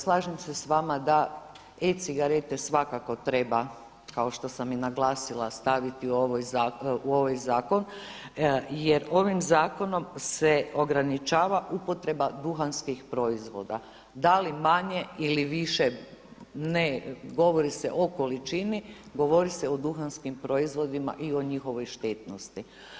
Slažem se sa vama da e-cigarete svakako treba kao što sam i naglasiti staviti u ovaj zakon, jer ovim Zakonom se ograničava upotreba duhanskih proizvoda da li manje ili više ne govori se o količini, govori se o duhanskim proizvodima i o njihovoj štetnosti.